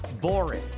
boring